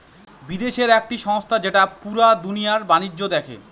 বিদেশের একটি সংস্থা যেটা পুরা দুনিয়ার বাণিজ্য দেখে